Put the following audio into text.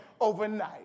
overnight